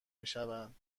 میشوند